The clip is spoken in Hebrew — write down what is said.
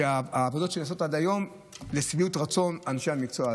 העבודות שנעשות עד היום הן לשביעות רצון אנשי המקצוע.